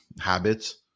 habits